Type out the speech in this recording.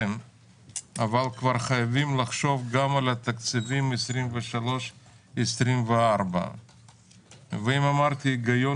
אבל חייבים לחשוב כבר על התקציבים 2024-2023. ואם אמרתי שההיגיון